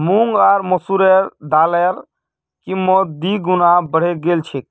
मूंग आर मसूरेर दालेर कीमत दी गुना बढ़े गेल छेक